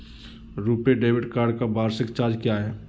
RuPay debit card का वार्षिक charge क्या है?